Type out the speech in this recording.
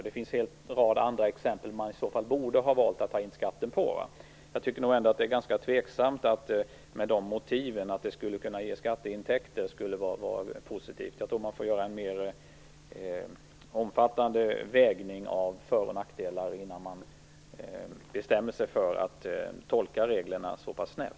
Det finns en rad andra områden som man borde ha valt att skattebelägga. Motivet att det skulle kunna ge skatteintäkter är tveksamt. Man får nog göra en mer omfattande avvägning av för och nackdelar innan man bestämmer sig för att tolka reglerna så pass snävt.